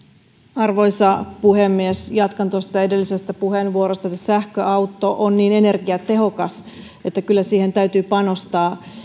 arvoisa puhemies jatkan tuosta edellisestä puheenvuorosta sähköauto on niin energiatehokas että kyllä siihen täytyy panostaa